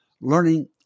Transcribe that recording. learning